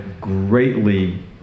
greatly